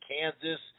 Kansas